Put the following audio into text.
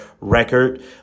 record